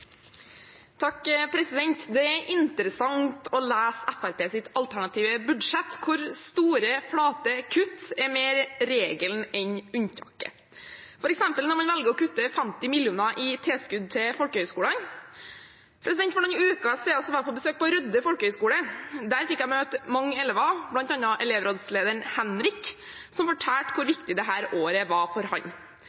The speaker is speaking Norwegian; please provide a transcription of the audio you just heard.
Det er interessant å lese Fremskrittspartiets alternative budsjett, der store, flate kutt er mer regelen enn unntaket, f.eks. når man velger å kutte 50 mill. kr i tilskudd til folkehøyskolene. For noen uker siden var jeg på besøk på Rødde folkehøgskole. Der fikk jeg møte mange elever, bl.a. elevrådslederen Henrik, som fortalte hvor